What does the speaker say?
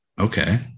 Okay